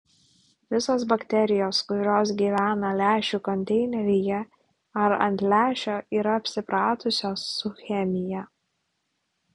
visos bakterijos kurios gyvena lęšių konteineryje ar ant lęšio yra apsipratusios su chemija